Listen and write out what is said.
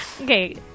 Okay